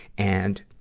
and,